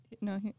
No